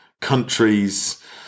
countries